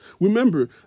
Remember